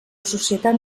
societat